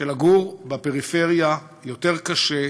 שלגור בפריפריה יותר קשה,